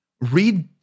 read